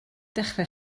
dechrau